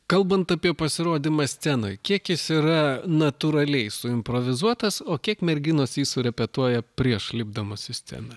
kalbant apie pasirodymą scenoj kiek jis yra natūraliai suimprovizuotas o kiek merginos jį surepetuoja prieš lipdamos į sceną